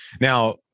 Now